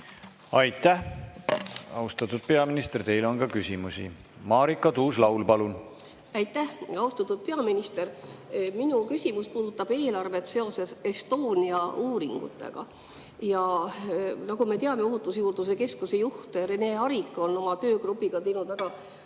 Aitäh! Austatud peaminister, teile on ka küsimusi. Marika Tuus-Laul, palun! Aitäh, austatud peaminister! Minu küsimus puudutab eelarvet seoses Estonia uuringutega. Nagu me teame, Ohutusjuurdluse Keskuse juht Rene Arikas on oma töögrupiga teinud